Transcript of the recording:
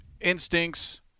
instincts